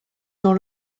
dans